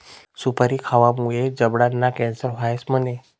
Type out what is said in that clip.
सुपारी खावामुये जबडाना कॅन्सर व्हस म्हणे?